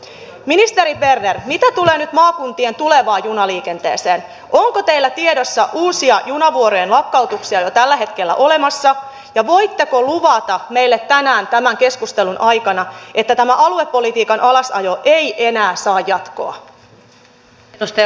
ministeri berner mitä tulee nyt maakuntien tulevaan junaliikenteeseen onko teillä tiedossa uusia junavuorojen lakkautuksia jo tällä hetkellä ja voitteko luvata meille tänään tämän keskustelun aikana että tämä aluepolitiikan alasajo ei enää saa jatkoa